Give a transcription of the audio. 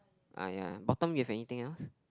uh ya bottom you have anything else